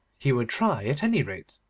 he would try at any rate.